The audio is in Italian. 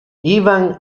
ivan